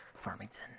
Farmington